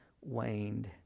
waned